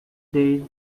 days